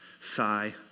sigh